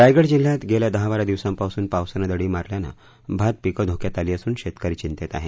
रायगड जिल्ह्यात गेल्या दहा बारा दिवसांपासून पावसानं दडी मारल्यानं भात पीकं धोक्यात आली असून शेतकरी चिंतेत आहे